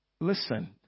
Listen